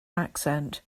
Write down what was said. accent